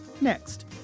next